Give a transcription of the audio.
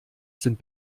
sind